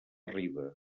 riba